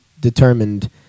determined